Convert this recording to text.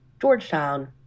Georgetown